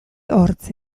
hortz